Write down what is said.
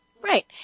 Right